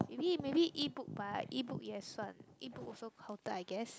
maybe maybe E-book but E-book 也算 E-book also counted I guess